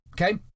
Okay